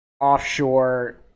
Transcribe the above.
offshore